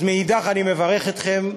אז אני מברך אתכם,